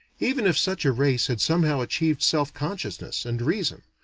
even if such a race had somehow achieved self-consciousness and reason,